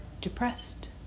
depressed